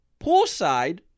Poolside